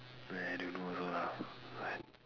uh I don't know also lah